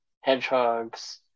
hedgehogs